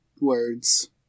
Words